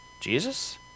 Jesus